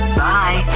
bye